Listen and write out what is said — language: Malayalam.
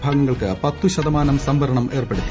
വിഭാഗങ്ങൾക്ക് പത്തു ശതമാനം സംവരണം ഏർപ്പെടുത്തി